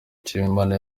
nshimiyimana